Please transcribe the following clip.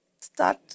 start